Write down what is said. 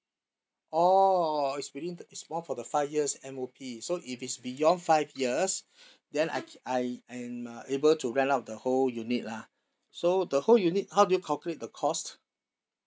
orh it's within the it's more for the five years M_O_P so if it's beyond five years then I can I am uh able to rent out the whole unit lah so the whole unit how do you calculate the cost